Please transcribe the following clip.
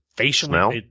smell